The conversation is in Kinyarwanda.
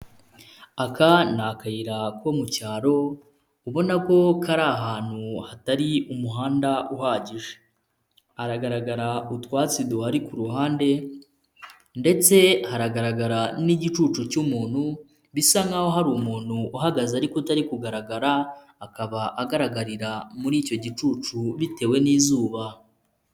Aka ni akayira ko mu cyaro, ubona ko kari ahantu hatari umuhanda uhagije, aragaragara utwatsi duhari ku ruhande ndetse haragaragara n'igicucu cy'umuntu, bisa nkaho hari umuntu uhagaze ariko utari kugaragara, akaba agaragarira muri icyo gicucu, bitewe n'izuba.